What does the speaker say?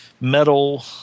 metal